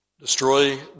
Destroy